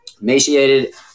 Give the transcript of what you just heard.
emaciated